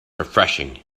refreshing